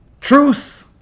truth